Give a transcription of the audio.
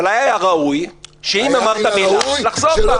אבל היה ראוי שאם אמרת מילה, לחזור בה.